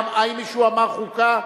האם מישהו אמר חוקה?